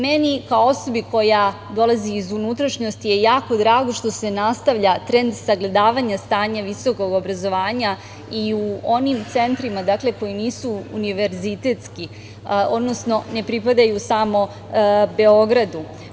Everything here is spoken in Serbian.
Meni kao osobi koja dolazi iz unutrašnjosti je jako drago što se nastavlja trende sagledavanja stanja visokog obrazovanja i u onim centrima koji nisu univerzitetski, odnosno koji ne pripadaju samo Beogradu.